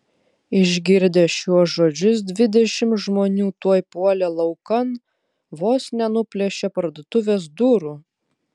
išgirdę šiuos žodžius dvidešimt žmonių tuoj puolė laukan vos nenuplėšė parduotuvės durų